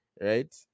Right